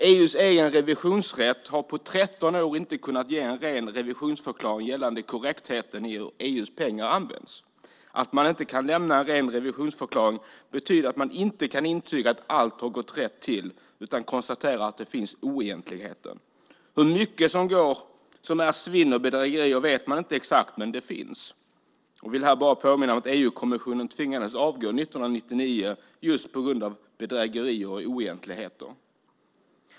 EU:s egen revisionsrätt har på 13 år inte kunnat avge en ren revisionsförklaring gällande korrektheten i hur EU:s pengar används. Att man inte kan lämna en ren revisionsförklaring betyder att man inte kan intyga att allt har gått rätt till utan konstaterar att det finns oegentligheter. Hur mycket som är svinn och bedrägerier vet man inte exakt, men sådant finns. Jag vill här bara påminna om att EU-kommissionen tvingades avgå 1999 just på grund av bedrägerier och oegentligheter.